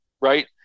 Right